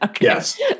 Yes